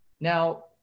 now